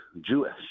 Jewish